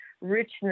richness